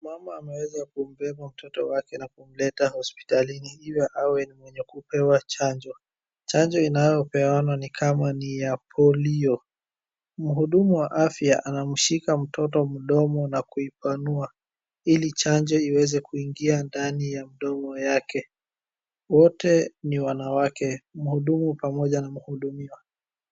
Mama ameweza kumbeba mtoto wake na kumleta hospitalini ili awe ni mwenye kupewa chanjo. Chanjo inayopeanwa ni kama ni ya polio, mhudumu wa afya anamshika mtoto mdomo na kuipanua ili chanjo iweze kuingia ndani ya mdomo wake. Wote ni wanawake mhudumu na mhudumiwa.